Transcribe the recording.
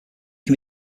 can